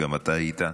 שגם אתה היית,